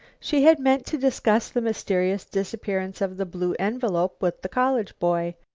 she had meant to discuss the mysterious disappearance of the blue envelope with the college boy.